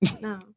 No